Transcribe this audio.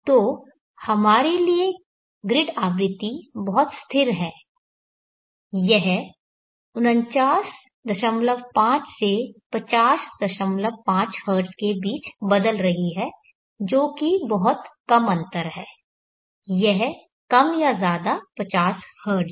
तो हमारे लिए ग्रिड आवृत्ति बहुत स्थिर है यह 495 से 505 हर्ट्ज के बीच बदल रही है जो कि बहुत कम अंतर है यह कम या ज्यादा 50 हर्ट्ज है